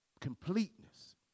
Completeness